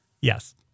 Yes